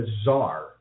bizarre